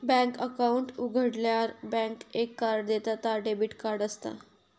bank account उघाडल्यार bank एक card देता ता डेबिट कार्ड असता